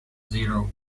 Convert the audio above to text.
zero